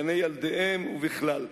ובכלל.